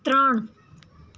ત્રણ